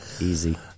Easy